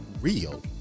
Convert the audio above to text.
real